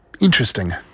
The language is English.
interesting